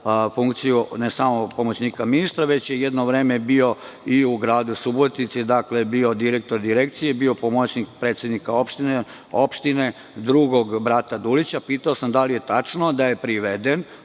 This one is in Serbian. funkciju, ne samo pomoćnika ministra, već je jedno vreme bio u gradu Subotici, direktora Direkcije, bio je pomoćnik predsednika opštine drugog brata Dulića? Pitao sam dal li je tačno da je priveden,